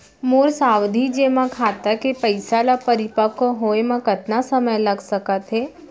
मोर सावधि जेमा खाता के पइसा ल परिपक्व होये म कतना समय लग सकत हे?